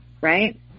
right